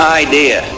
idea